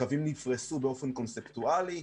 קווים נפרסו באופן קונספטואלי.